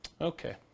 Okay